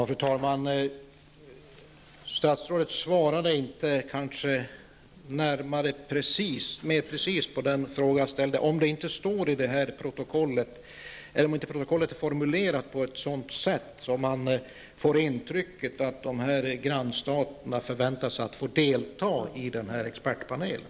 Fru talman! Statsrådet svarade inte närmare på den fråga jag ställde, om inte protokollet är formulerat på ett sådant sätt att man får intrycket att grannstaterna förväntar sig att få delta i den här expertpanelen.